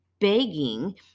begging